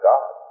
God